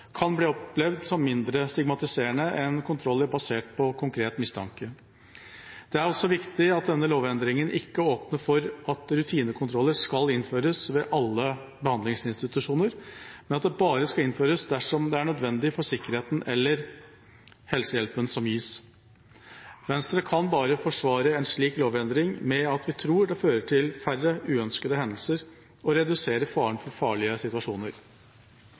kan bli opplevd som mindre stigmatiserende enn kontroller basert på konkret mistanke. Det er også viktig at denne lovendringen ikke åpner for at rutinekontroller skal innføres ved alle behandlingsinstitusjoner, men at det bare skal innføres dersom det er nødvendig for sikkerheten eller helsehjelpen som gis. Venstre kan bare forsvare en slik lovendring med at vi tror det fører til færre uønskede hendelser og reduserer faren for farlige situasjoner.